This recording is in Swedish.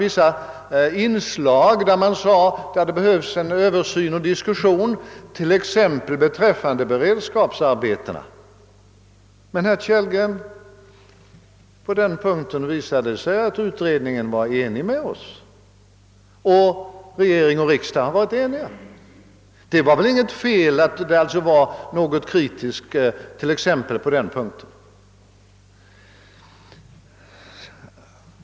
I motionen sades: bl.a. att det behövdes översyn och diskussion t.ex. beträffande beredskapsarbetena, och på den punkten, herr Kellgren, visade det sig att utredningen var Ööver ens med oss, och regering och riksdag har varit eniga. Det var väl då inget fel att tidigare vara något kritisk, t.ex. på den punkten?